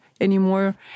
anymore